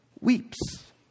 Weeps